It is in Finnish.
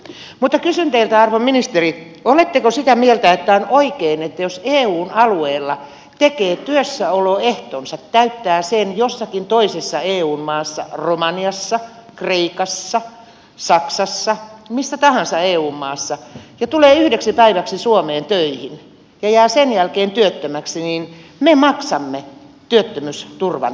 mutta kysyn teiltä arvon ministeri oletteko sitä mieltä että on oikein että jos eun alueella tekee työssäoloehtonsa täyttää sen jossakin toisessa eu maassa romaniassa kreikassa saksassa missä tahansa eu maassa ja tulee yhdeksi päiväksi suomeen töihin ja jää sen jälkeen työttömäksi niin me maksamme työttömyysturvan hänelle